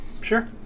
sure